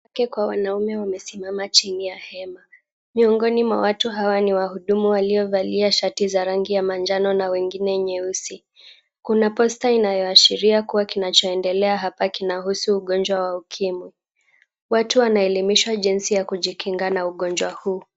Wake kwa wanaume wamekaa chini ya hema. Miongoni mwa watu hawa ni wahumu waliovalia shati za rangi ya manjano na wengine nyeusi. Kuna poster inayoashiria kuwa kinachoendelea hapa kinahusu ugonjwa wa ukimwi. Watu wanaelimishwa jinsi ya kujikinga na ugonjwa huu.